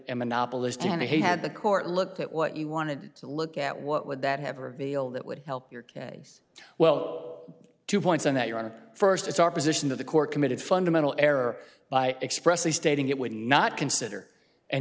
monopolist and he had the court look at what you wanted to look at what would that have revealed that would help your case well two points on that your honor first its opposition to the court committed fundamental error by expressly stating it would not consider an